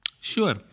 Sure